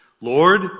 Lord